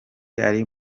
ari